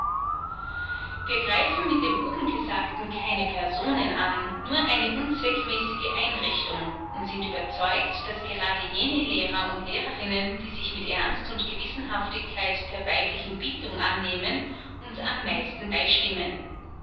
wir greifen mit dem obengesagten keine personen an nur eine unzweckmäßige einrichtung und sind überzeugt daß gerade jene lehrer und lehrerinnen die sich mit ernst und gewissenhaftigkeit der weiblichen bildung annehmen uns am meisten beistimmen